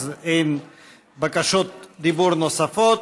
אז אין בקשות דיבור נוספות.